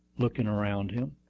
looking around him.